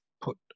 put